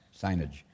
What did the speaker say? signage